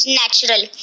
natural